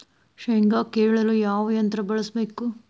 ಶೇಂಗಾ ಕೇಳಲು ಯಾವ ಯಂತ್ರ ಬಳಸಬೇಕು?